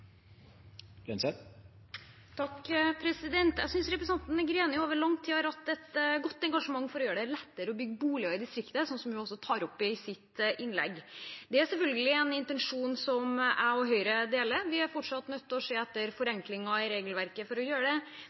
Jeg synes representanten Greni over lang tid har hatt et godt engasjement for å gjøre det lettere å bygge boliger i distriktet, noe hun også tar opp i sitt innlegg. Det er selvfølgelig en intensjon jeg og Høyre deler, vi er fortsatt nødt til å se etter forenklinger i regelverket for å gjøre det billigere å bygge boliger og få byggetakten opp. I distriktene er det